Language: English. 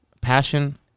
Passion